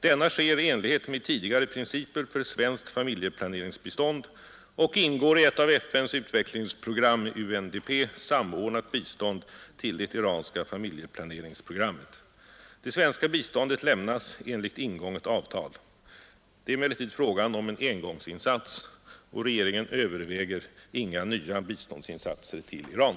Denna sker i enlighet med tidigare principer för svenskt familjeplaneringsbistånd och ingår i ett av FN:s utvecklingsprogram samordnat bistånd till det iranska familjeplaneringsprogrammet. Det svenska biståndet lämnas enligt ingånget avtal. Det är emellertid frågan om en engångsinsats. Regeringen överväger inga nya biståndsinsatser till Iran.